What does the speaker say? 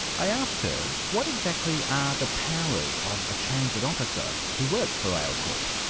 i asked her what exactly are the powers of a transit officer who works for railcorp?